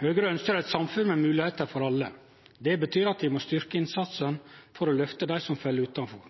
Høgre ønskjer eit samfunn med moglegheiter for alle. Det betyr at vi må styrkje innsatsen for å løfte dei som fell utanfor.